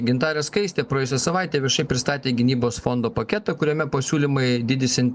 gintarė skaistė praėjusią savaitę viešai pristatė gynybos fondo paketą kuriame pasiūlymai didisin